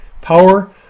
power